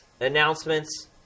Announcements